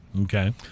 Okay